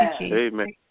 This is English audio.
Amen